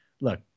look